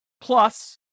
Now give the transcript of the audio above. Plus